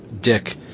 dick